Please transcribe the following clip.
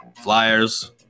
flyers